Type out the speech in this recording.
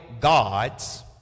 gods